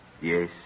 Yes